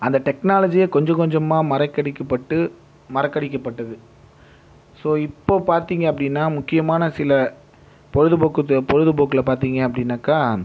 அந்த டெக்னாலஜியே கொஞ்சம் கொஞ்சமாக மறக்கடிக்கப்பட்டு மறக்கடிக்கப்பட்டது ஸோ இப்போ பார்த்திங்க அப்படின்னா முக்கியமான சில பொழுதுபோக்கு பொழுதுபோக்கில் பார்த்திங்க அப்படின்னாக்கா